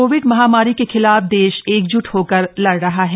Covid महामारी के खिलाफ देश एकज्ट होकर लड़ रहा है